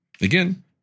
Again